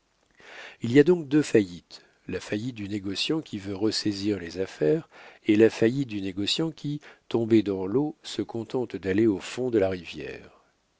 il y a donc deux faillites la faillite du négociant qui veut ressaisir les affaires et la faillite du négociant qui tombé dans l'eau se contente d'aller au fond de la rivière